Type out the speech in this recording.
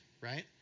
right